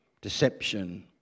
deception